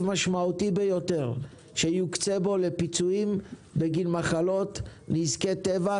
משמעותי ביותר שיוקצה בו לפיצויים בגין מחלות ונזקי טבע,